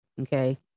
okay